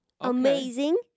Amazing